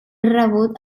rebut